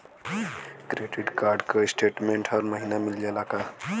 Credit card क statement हर महिना मिल जाला का?